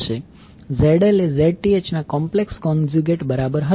ZL એ Zth ના complex conjugate બરાબર હશે